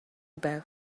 байв